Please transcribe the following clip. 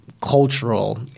cultural